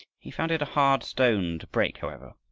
he found it a hard stone to break, however.